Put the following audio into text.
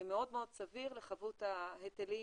מאוד מאוד סביר לחבות ההיטלים